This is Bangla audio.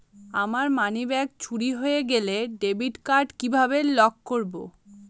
আমার মানিব্যাগ চুরি হয়ে গেলে ডেবিট কার্ড কিভাবে লক করব?